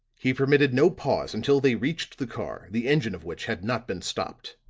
he permitted no pause until they reached the car, the engine of which had not been stopped.